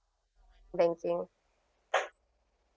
banking